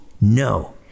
no